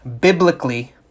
Biblically